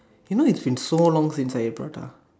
you know it's been so long since I eat prata